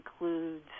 includes